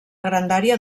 grandària